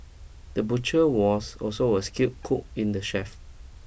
the butcher was also a skilled cook in the chef